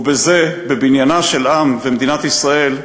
ובזה, בבניין של עם ומדינת ישראל,